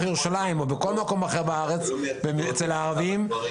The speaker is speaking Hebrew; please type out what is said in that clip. ירושלים או בכל מקום אחר בארץ אצל הערבים,